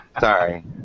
Sorry